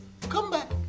comeback